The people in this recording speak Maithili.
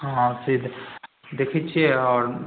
हँ से देखै छिए आओर